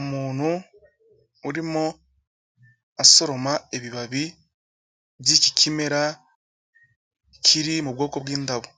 Umuntu urimo asoroma ibibabi by'ikimera kiri mu bwoko bw'indabo,